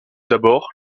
d’abord